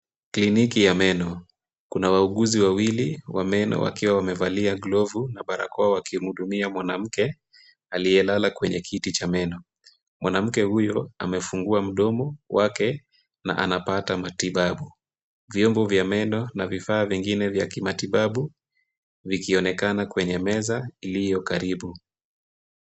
Kliniki ya meno. Kuna wauguzi wawili wa meno wakiwa wamevalia glovu na barakoa, wakimhudumia mwanamke aliyelala kwenye kiti cha meno. Mwanamke huyo amefungua mdomo wake na anapata matibabu. Vyombo vya meno na vifaa vingine vya kimatibabu vikionekana kwenye meza iliyo karibu.